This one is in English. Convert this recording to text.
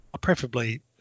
preferably